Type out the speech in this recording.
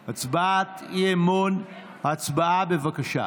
הצבעה, בבקשה.